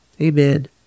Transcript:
Amen